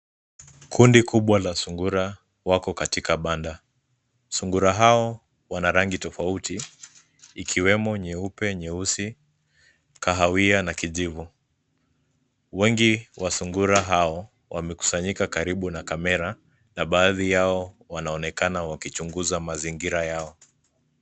Kundi kubwa la sungura wako katika banda. Sungura hao wana rangi tofauti ikiwemo nyeupe, nyeusi, kahawia na kijivu. Wengi wa sungura hao wamekusanyika karibu na kamera na baadhi yao wanaonekana wakichunguza mazingira yao.